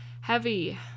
heavy